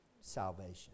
salvation